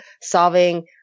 solving